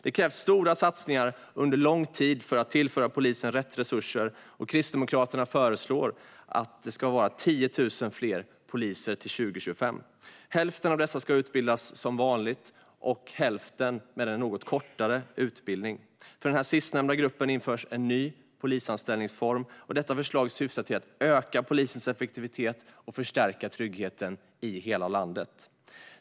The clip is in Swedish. Det krävs stora satsningar under lång tid för att tillföra polisen rätt resurser. Kristdemokraterna föreslår att det ska vara 10 000 fler poliser till år 2025. Hälften av dessa ska utbildas som vanligt och hälften med en något kortare utbildning. För den sistnämnda gruppen införs en ny polisanställningsform. Förslaget syftar till att öka polisens effektivitet och förstärka tryggheten i hela landet.